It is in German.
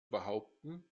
behaupten